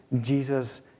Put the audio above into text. Jesus